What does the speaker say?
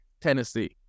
Tennessee